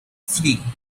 flee